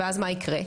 אז מה יקרה?